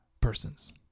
persons